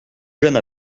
jeunes